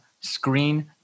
screen